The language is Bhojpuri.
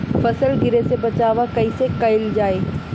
फसल गिरे से बचावा कैईसे कईल जाई?